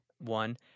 one